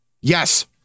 Yes